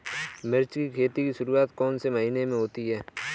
मिर्च की खेती की शुरूआत कौन से महीने में होती है?